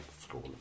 school